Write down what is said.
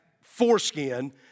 foreskin